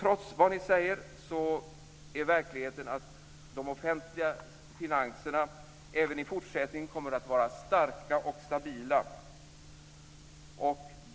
Trots vad ni säger är verkligheten att de offentliga finanserna även i fortsättningen kommer att vara starka och stabila.